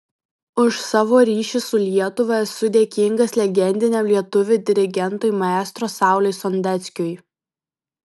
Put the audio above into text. už savo ryšį su lietuva esu dėkingas legendiniam lietuvių dirigentui maestro sauliui sondeckiui